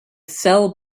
cell